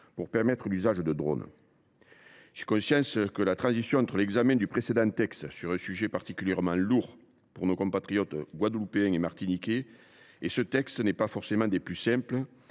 phytopharmaceutiques, l’usage de drones. J’ai conscience que la transition entre l’examen du précédent texte – le sujet était particulièrement lourd pour nos compatriotes guadeloupéens et martiniquais – et celui ci n’est pas forcément des plus simples.